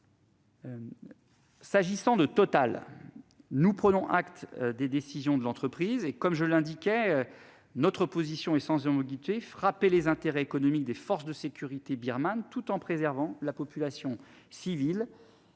commerciale. Nous prenons acte des décisions de Total. Comme je l'indiquais, notre position est sans ambiguïté : frapper les intérêts économiques des forces de sécurité birmanes tout en préservant la population civile.